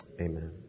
Amen